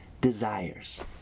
desires